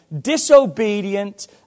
disobedient